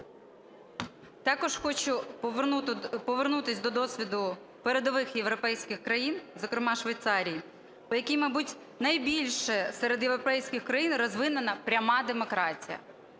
Також хочу повернутися до досвіду передових європейських країн, зокрема Швейцарії, в якій, мабуть, найбільше серед європейських країн розвинена пряма демократія.